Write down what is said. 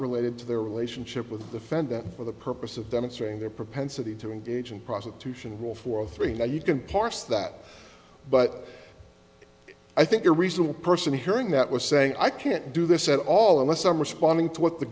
related to their relationship with the fandom for the purpose of demonstrating their propensity to engage in prostitution wolf or three now you can parse that but i think a reasonable person hearing that was saying i can't do this at all unless i'm responding to what the